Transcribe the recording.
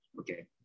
okay